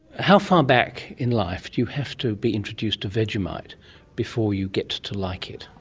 how far back in life do you have to be introduced to vegemite before you get to like it?